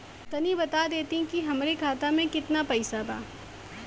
तनि बता देती की हमरे खाता में कितना पैसा बा?